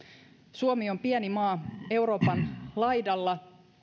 suomi on pieni maa euroopan laidalla